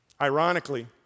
Ironically